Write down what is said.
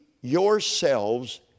yourselves